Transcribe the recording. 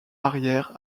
arrière